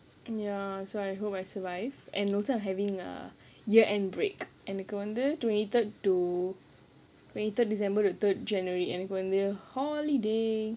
and ya so I hope I survive and also I'm having a year end break and எனக்கு வந்து:enakku vandhu twenty third to twenty third december to third january எனக்கு வந்து:enakku vandhu holiday